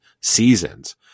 seasons